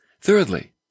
Thirdly